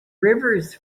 rivers